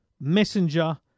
messenger